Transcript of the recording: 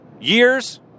years